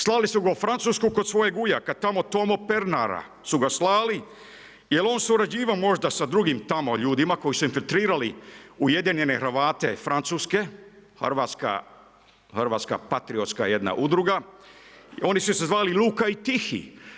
Slali su ga u Francusku kod svojeg ujaka, tamo Tomo Pernara, su ga slali, jel on surađivao možda sa drugim tamo ljudima koji su filtrirali, ujedinjene Hrvate Francuske, Hrvatska patrijrska jedna udruga, oni su se zvali Luka i Tihi.